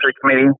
committee